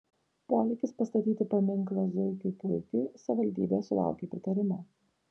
polėkis pastatyti paminklą zuikiui puikiui savivaldybėje sulaukė pritarimo